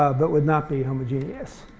but would not be homogeneous.